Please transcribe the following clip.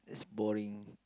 that's boring